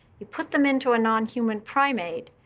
you put them into a non-human primate,